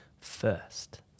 first